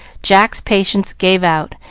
jack's patience gave out,